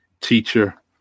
teacher